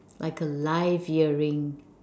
like a live earring